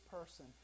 person